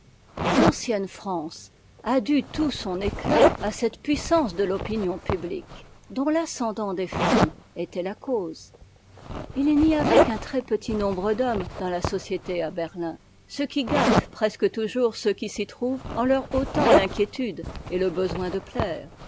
l'ancienne france a dû tout son éclat à cette puissance de l'opinion publique dont ascendant des femmes était la cause ji n'y avait qu'un très-petit nombre d'hommes dans la société à berlin ce qui gâte presque toujours ceux qui s'y trou vent en leur ôtant l'inquiétude et le besoin de plaire